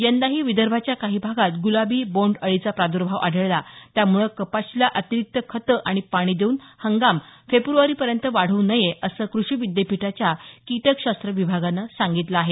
यंदाही विदर्भाच्या काही भागात गुलाबी बोंड अळीचा प्रादुर्भाव आढळला त्यामुळे कपाशीला अतिरिक्त खतं आणि पाणी देऊन हंगाम फेब्रवारीपर्यंत वाढवू नये असं कृषी विद्यापीठाच्या कीटकशास्त्र विभागानं सांगितलं आहे